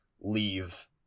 leave